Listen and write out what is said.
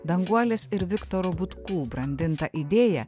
danguolės ir viktoro butkų brandinta idėja